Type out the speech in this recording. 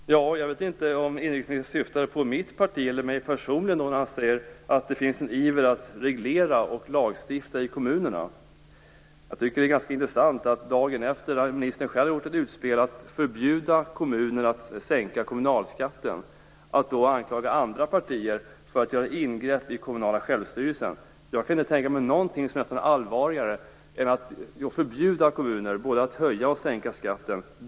Fru talman! Jag vet inte om inrikesministern syftade på mitt parti eller mig personligen när han sade att det finns en iver att reglera och lagstifta i kommunerna. Det är ganska intressant att inrikesministern, dagen efter att han själv gjort ett utspel att förbjuda kommunerna att sänka kommunalskatten, anklagar andra partier för att göra ingrepp i den kommunala självstyrelsen. Jag kan inte tänka mig något som är allvarligare än att förbjuda kommuner att höja eller att sänka skatten.